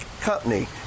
company